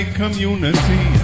community